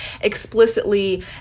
explicitly